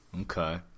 okay